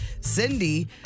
Cindy